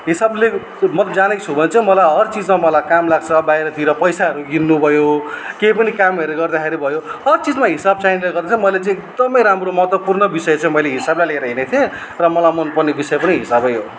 हिसाब लेख्नु मैले जानेको छु भने चाहिँ मलाई हर चिजमा मलाई काम लाग्छ बाहिरतिर पैसाहरू गिन्नु भयो केही पनि कामहरू गर्दाखेरि भयो हर चिजमा हिसाब चाहिनेले गर्दा चाहिँ मैले चाहिँ एकदमै राम्रो महत्त्वपूर्ण विषय चाहिँ मैले हिसाबलाई लिएर हिँडेको थिएँ र मलाई मन पर्ने विषय पनि हिसाबै हो